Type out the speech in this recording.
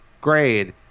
grade